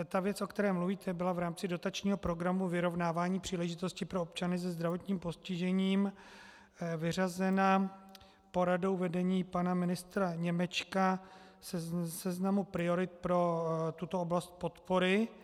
Ta věc, o které mluvíte, byla v rámci dotačního Programu vyrovnávání příležitostí pro občany se zdravotním postižením vyřazena poradou vedení pana ministra Němečka ze seznamu priorit pro tuto oblast podpory.